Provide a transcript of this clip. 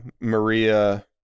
Maria